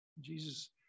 Jesus